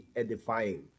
edifying